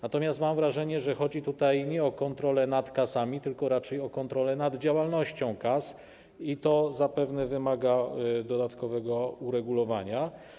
Natomiast mam wrażenie, że chodzi tutaj nie o kontrolę nad kasami, tylko raczej o kontrolę nad działalnością kas, i to zapewne wymaga dodatkowego uregulowania.